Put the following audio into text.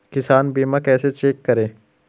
किसान बीमा कैसे चेक करें?